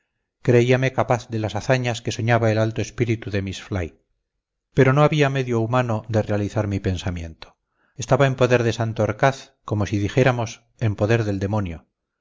creíame capaz de las hazañas que soñaba el alto espíritu de miss fly pero no había medio humano de realizar mi pensamiento estaba en poder de santorcaz como si dijéramos en poder del demonio